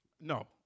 No